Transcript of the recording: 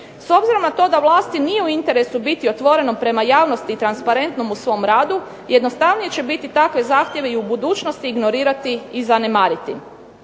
S obzirom na to da vlasti nije u interesu biti otvorenom prema javnosti i transparentom u svom radu jednostavnije će biti takve zahtjeve i u budućnosti ignorirati iz zanemariti.